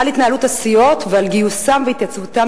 על התנהלות הסיעות ועל גיוסם והתייצבותם